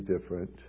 different